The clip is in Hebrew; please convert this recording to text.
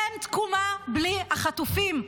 אין תקומה בלי החטופים.